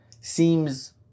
seems